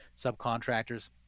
subcontractors